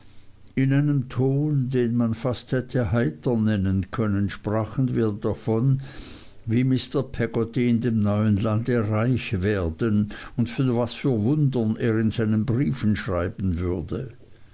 in einem ton den man fast hätte heiter nennen können sprachen wir davon wie mr peggotty in dem neuen lande reich werden und von was für wundern er in seinen briefen schreiben würde